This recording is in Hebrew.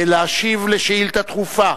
להשיב על שאילתא דחופה,